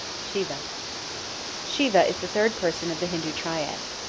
siva siva is the third person of the hindu triad.